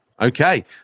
Okay